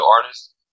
artists